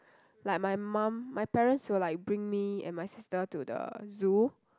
like my mum my parents will like bring me and my sister to the zoo